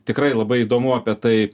tikrai labai įdomu apie tai